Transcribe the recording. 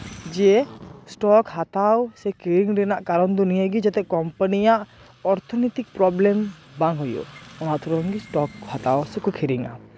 ᱡᱮ ᱥᱴᱚᱠ ᱦᱟᱛᱟᱣ ᱥᱮ ᱠᱤᱨᱤᱧ ᱨᱮᱱᱟᱜ ᱠᱟᱨᱚᱱ ᱫᱚ ᱱᱤᱭᱟᱹ ᱜᱮ ᱡᱟᱛᱮ ᱠᱳᱢᱯᱟᱱᱤᱭᱟᱜ ᱚᱨᱛᱷᱚᱱᱤᱛᱤᱠ ᱯᱨᱚᱵᱽᱞᱮᱢ ᱵᱟᱝ ᱦᱩᱭᱩᱜ ᱚᱱᱟ ᱠᱷᱟᱹᱛᱤᱨ ᱜᱮ ᱥᱴᱚᱠ ᱠᱚ ᱦᱟᱛᱟᱣᱟ ᱥᱮᱠᱚ ᱠᱤᱨᱤᱧᱟ